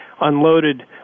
unloaded